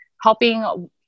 helping